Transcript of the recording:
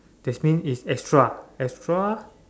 that mean is extra extra